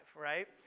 right